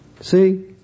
See